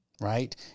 Right